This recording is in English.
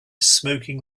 smoking